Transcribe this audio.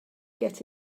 get